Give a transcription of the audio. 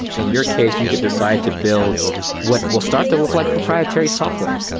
in your case, you could decide to build what will start to look like proprietary software.